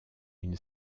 une